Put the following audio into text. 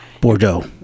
Bordeaux